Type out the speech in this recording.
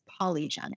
polygenic